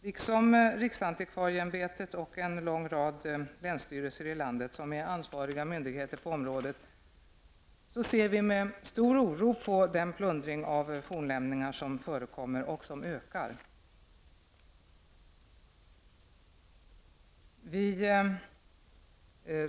Liksom riksantikvarieämbetet och en lång rad länsstyrelser i landet som är ansvariga myndigheter på området ser vi med stor oro på den plundring av fornlämningar som förekommer och som ökar.